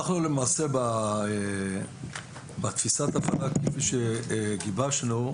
למעשה בתפיסת ההפעלה כפי שגיבשנו,